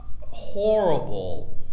horrible